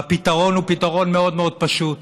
והפתרון הוא פתרון מאוד מאוד פשוט,